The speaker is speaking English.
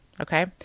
Okay